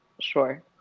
Sure